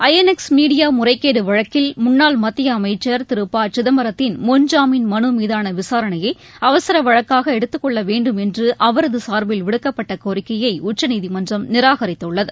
INX media முறைகேடு வழக்கில் முன்னாள் மத்திய அமைச்சர் திரு ப சிதம்பரத்தின் முன்ஜாமீன் மீதான விசாரனையை அவசர வழக்காக எடுத்துக்கொள்ள வேண்டும் என்ற அவரது சார்பில் மனு விடுக்கப்பட்ட கோரிக்கையை உச்சநீதிமன்றம் நிராகரித்துள்ளது